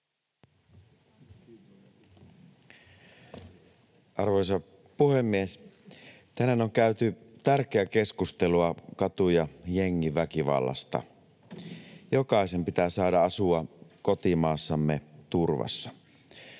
Arvoisa puhemies! Tänään on käyty tärkeää keskustelua katu- ja jengiväkivallasta. Jokaisen pitää saada asua kotimaassamme turvassa.